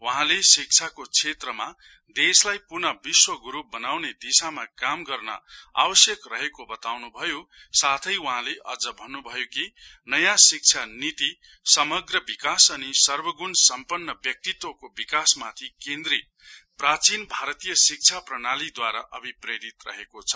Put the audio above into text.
वहाँले शिक्षाको क्षेत्रमा देशलाई पुन विश्व गुरु बनुँने दिशामा काम गर्न आवश्यक रहेको बताउँनु भयो साथै वहाँ अझ भन्न भयो कि नयाँ शिक्षा नीति समग्र विकास अनि सर्वग्ण सम्पन्न व्यक्तित्वको विकासमाथि केन्द्रित प्राचीन भारतीय शिक्षा प्रणालीद्वारा अभिप्ररित रहेको छ